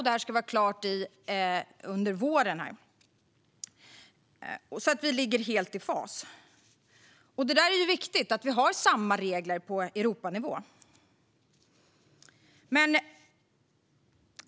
Detta ska vara klart under våren, så vi ligger helt i fas. Det är viktigt att vi har samma regler på Europanivå.